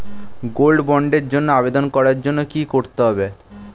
Gold বন্ডের জন্য আবেদন করার জন্য কি করতে হবে?